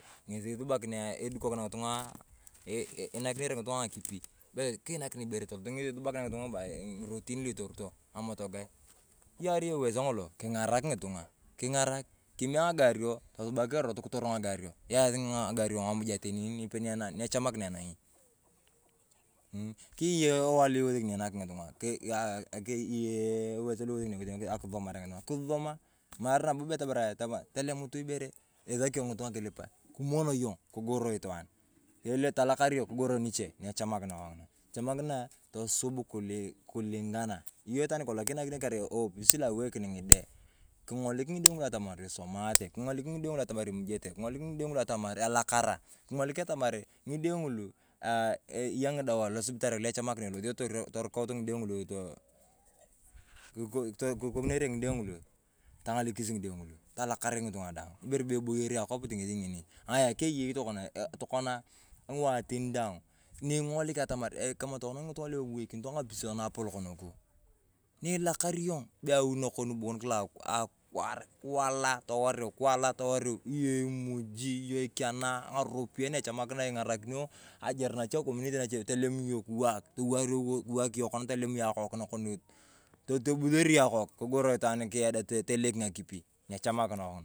Ng’esi esubakinae edukokinae ng’itung’a inakinere ng’itung’a ng’akipi. Bee kiinakin ibere tolusio ng’esi esubakinia ng’itung’a ng’irotin lu itorito ng’amotoyae. Kiyakar iyong ewezo ng’olo kingarak ng’itung’a king’arak, kimee ng’agario, tosubak erot kitoro ng’agario, yasi ng’agario ng’amujaa nipe nyechamitae enang’i. Mmh kiyei yong ewae ewasini yong naak ng’itung’a kaaa keyei eweso lo isisomaa ng’itung’a kisisomaa. Maree nabo tamarae tolemuto ibere isaki yong ng’itung’a kilipae kimoon yong kigoro itwaan. Tolakar yong igoro niche, nyechamakina kong’ina. Echamakinaa tosub kulinganaa yong itwaan nikolong kiinakino ofis lo awaken ng’ide, king’olik ng’ide ng’ulu atamar isomatae, king’olik ng’ide atamar imujete, king’olik ng’ide ng’ulu eya ng’idawae losibitaria lu echamakina elosio torokout ng’ide ng’ulu too kikonere ng’ide ng’ulu tong’alekis ng’ide ng’ulu tolokar ng’itung’a daang. Ibere bee eboyor akopit ng’esi ng’ini. Ng’aya keyei tokona kiwaetiri daang, nying’olik atamar kamaa tokona ng’itung’a lu eweikinito ng’apison naapolok nuk, nyilakar yong awi nakom bon kilaa akwaar, kiwala towariu, kilauea towariu iyong emoji, iyong ikenaa, ngaropiyae na echamakiru ing’arakino ajere nache, akominiti nache tolem yong kiwaak kiwaak yong kona akook, kogoro itwaan kiyada toleki ng’akipi nyachamakina kong’inaa.